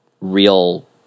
real